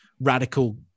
radical